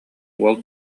уол